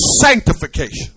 sanctification